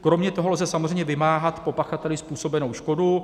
Kromě toho lze samozřejmě vymáhat po pachateli způsobenou škodu.